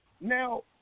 Now